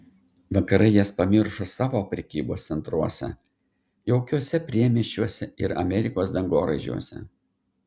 vakarai jas pamiršo savo prekybos centruose jaukiuose priemiesčiuose ir amerikos dangoraižiuose